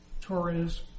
Torres